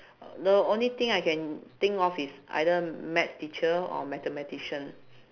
the only thing I can think of is either maths teacher or mathematician